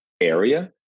area